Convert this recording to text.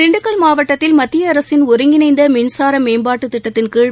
திண்டுக்கல் மாவட்டத்தில் மத்திய அரசின் ஒருங்கிணைந்த மின்சார மேம்பாட்டு திட்டத்தின்கீழ்